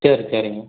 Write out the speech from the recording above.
சரி சரிங்க